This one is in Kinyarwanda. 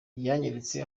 yanyeretse